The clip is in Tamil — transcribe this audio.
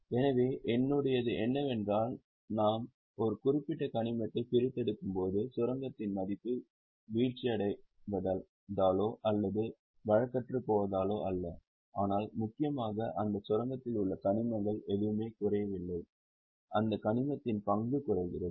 எனவே என்னுடையது என்னவென்றால் நாம் ஒரு குறிப்பிட்ட கனிமத்தை பிரித்தெடுக்கும்போது சுரங்கத்தின் மதிப்பு வீழ்ச்சியடைவதாலோ அல்லது வழக்கற்றுப்போவதாலோ அல்ல ஆனால் முக்கியமாக அந்த சுரங்கத்தில் உள்ள கனிமங்கள் எதுவுமே குறையவில்லை அந்த கனிமத்தின் பங்கு குறைகிறது